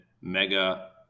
Mega